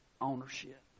ownership